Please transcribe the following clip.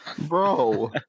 Bro